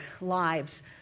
lives